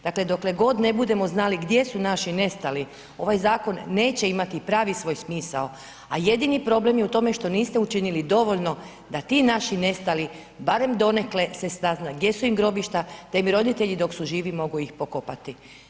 Dakle, dokle god ne budemo znali gdje su naši nestali, ovaj zakon neće imati pravi svoj smisao, a jedini problem je u tome što niste učinili dovoljno da ti naši nestali, barem donekle se sazna gdje su im grobišta te im roditelji, dok su živi, mogu ih pokopati.